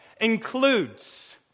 includes